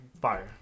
Fire